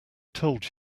told